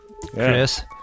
Chris